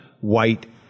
white